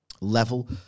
level